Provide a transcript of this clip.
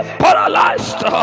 paralyzed